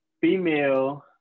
female